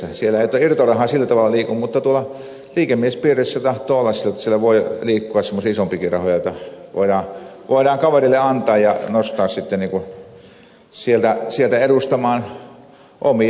siellä ei tuota irtorahaa sillä tavalla liiku mutta tuolla liikemiespiireissä tahtoo olla niin jotta siellä voi liikkua semmoisia isompiakin rahoja joita voidaan kaverille antaa ja nostaa sieltä edustamaan omia arvopohjia